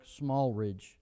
Smallridge